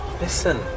Listen